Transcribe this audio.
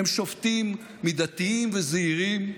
הם שופטים מידתיים וזהירים,